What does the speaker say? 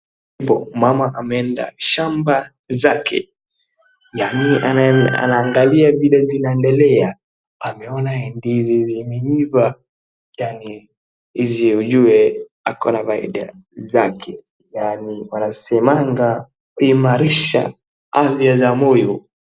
Mama ameenda shamba zake, yaani anaangalia vile zinaendelea. Ameona ndizi zimeiva yaani hizi ujue akona faida zake yaani wanasemaga huimarisha afya za moyo.